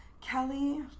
Kelly